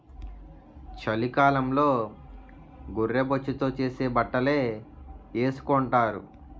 చలికాలంలో గొర్రె బొచ్చుతో చేసే బట్టలే ఏసుకొంటారు